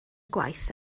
gwaith